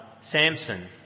Samson